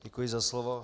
Děkuji za slovo.